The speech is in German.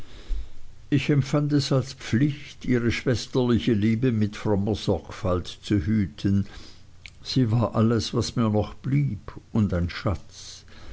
ich empfand es als pflicht ihre schwesterliche liebe mit frommer sorgfalt zu hüten sie war alles was mir noch blieb und ein schatz